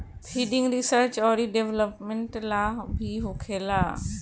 funding research औरी development ला भी होखेला